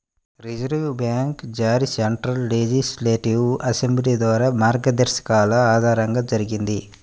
reserve bank జారీ central legislative assembly ద్వారా మార్గదర్శకాల ఆధారంగా జరిగింది